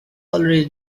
already